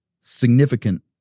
significant